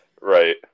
Right